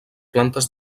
plantes